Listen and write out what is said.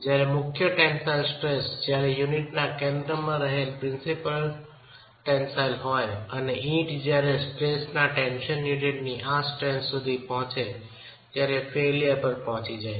જ્યારે મુખ્ય tensile stress જ્યારે યુનિટના કેન્દ્રમાં રહેલ પ્રિન્સિપલ ટેન્સાઈલ હોય અને ઈંટ જયારે સ્ટ્રેસ ટેન્શનના યુનિટની આ સ્ટ્રેન્થ સુધી પહોંચે ત્યારે ફેઇલ્યર પર પહોંચી જાય છે